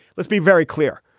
let's be very clear.